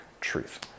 truth